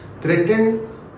threatened